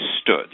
stood